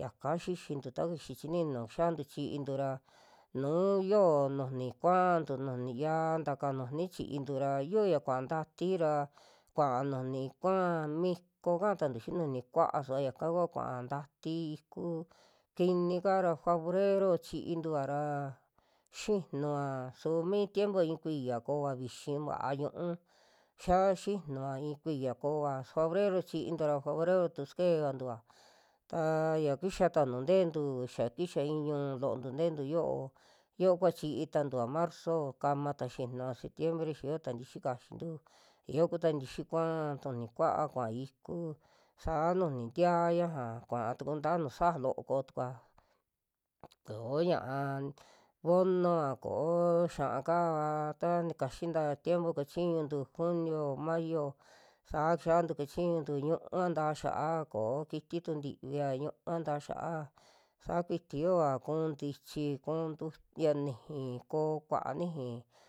yaka xixintu, ta kixi chininu nuu xiantu chiintu ra nuu yioo nujuni kua'antu, nujuni ya'aa taka nujuni chiintu ra yioa kuaa ntati ra kua nujuni kua'a miko ka'a tantu xii nujuni kua'a suva yaka kua kuaa ntati iku, kini kaa ra fabrero chiintua ra xijnua su mi tiempo i'i kuiya kooa vixi va'a ñu'u xiaa xinua i'i kuiya koova, fabrero chiintua ra fabrero tu sakeantua ta ya kixata nuu ntentu xa kixa i'i ñuu lo'ontu te'entu yo'o, yokua chii tantu marzo kama ta xinua septiembre xa yo'ota tixi kaxintu, ya yoo kuta tixi kua'a tuni kua'a kuaa iku saa nujuni ntiaa ñaja kua tuku ntaa nuju saja loo kotukua, ko'o ña'a vonua koo xia'a kaava ta nikaxi ka tiempo kachiñuntu junio, mayo sa kixantu kachiñuntu ñiu'uva ntaa xia'a koo kiti tu ntivia, ñu'uva ntaa xia'a sakui yo'oa kuu ntichi, kuu ntu- ya niji, ko'o kua niji.